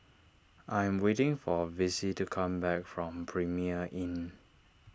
I am waiting for Vicy to come back from Premier Inn